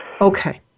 Okay